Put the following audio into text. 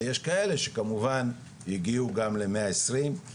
ויש כאלה שכמובן הגיעו גם למאה עשרים.